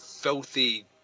filthy